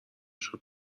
شکر